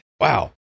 Wow